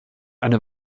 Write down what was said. eine